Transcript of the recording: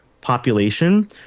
population